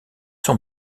son